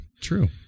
True